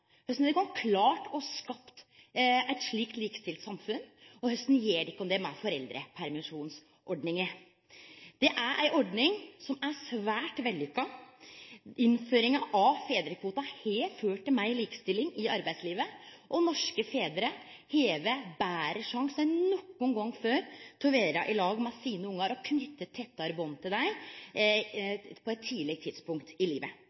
Korleis har de klart å skape eit slikt likestilt samfunn? Korleis gjer de det med foreldrepermisjonsordninga? Det er ei ordning som er svært vellukka. Innføringa av fedrekvotar har ført til meir likestilling i arbeidslivet. Norske fedrar har betre sjanse enn nokon gong før til å vere i lag med ungane sine og knyte tettare band til dei på eit tidleg tidspunkt i livet.